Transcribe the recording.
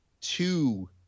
two